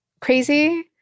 crazy